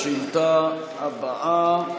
לשאילתה הבאה,